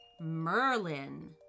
Merlin